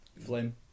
flame